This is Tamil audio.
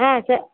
ம் சரி